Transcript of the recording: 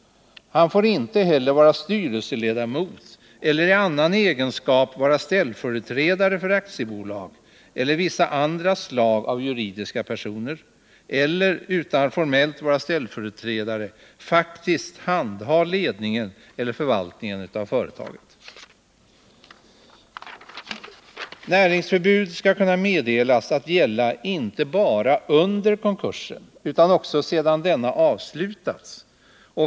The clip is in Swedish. Han får inte heller vara styrelseledamot i eller i annan egenskap vara ställföreträdare för aktiebolag eller vissa andra slag av juridiska personer eller — utan att formellt vara ställföreträdare — faktiskt handha ledningen eller förvaltningen av företaget. Näringsförbud skall kunna meddelas att gälla inte bara under konkursen utan också sedan denna avslutats.